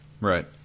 right